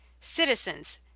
Citizens